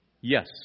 Yes